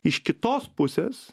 iš kitos pusės